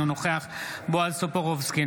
אינו נוכח בועז טופורובסקי,